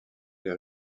les